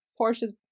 Porsche's